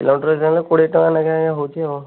kilometre କୋଡ଼ିଏ ଟଙ୍କା ନେଖା ହେଉଛି ଆଉ